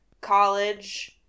college